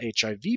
hiv